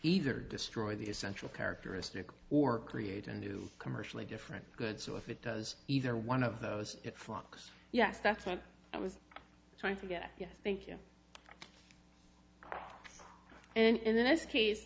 either destroy the essential characteristics or create a new commercially different good so if it does either one of those at fox yes that's what i was trying to get yes thank you and in this case